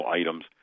items